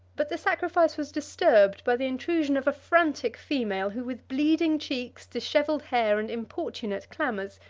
but the sacrifice was disturbed by the intrusion of a frantic female, who, with bleeding cheeks dishevelled hair, and importunate clamors,